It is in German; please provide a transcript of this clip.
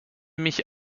mich